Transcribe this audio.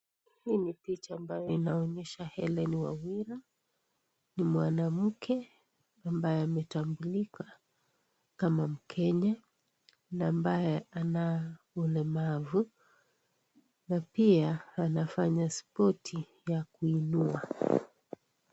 Hii ni picha ambayo inaonyesha Hellen Wawira, ni mwanamke ambaye ametambulika kama mkenya na ambaye ana ulemavu na pia anafanya spoti ya kuinua.